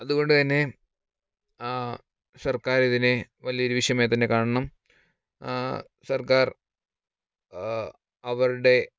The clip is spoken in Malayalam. അതുകൊണ്ട് തന്നെ സർക്കാർ ഇതിനെ വലിയ ഒരു വിഷമായി തന്നെ കാണണം സർക്കാർ അവരുടെ